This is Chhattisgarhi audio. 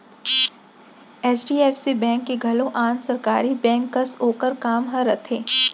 एच.डी.एफ.सी बेंक के घलौ आन सरकारी बेंक कस ओकर काम ह रथे